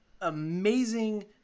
amazing